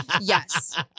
Yes